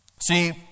See